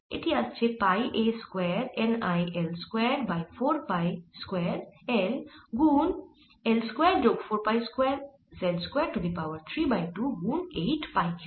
এটি আসছে pi a square N I L square by 4 pi square L গুন L square যোগ 4 pi square z square to the power 3 by 2 গুন 8 pi cube